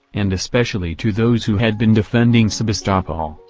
and especially to those who had been defending sebastopol,